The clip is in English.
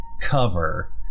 cover